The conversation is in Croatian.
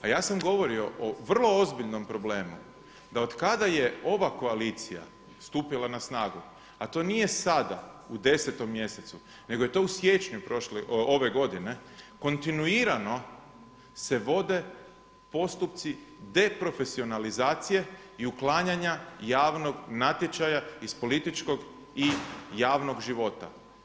A ja sam govorio o vrlo ozbiljnom problemu, da od kada je ova koalicija stupila na snagu, a to nije sada u 10. mjesecu nego je to u siječnju ove godine, kontinuirano se vode postupci deprofesionalizacije i uklanjanja javnog natječaja iz političkog i javnog života.